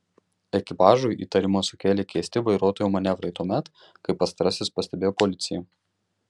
ekipažui įtarimą sukėlė keisti vairuotojo manevrai tuomet kai pastarasis pastebėjo policiją